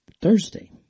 Thursday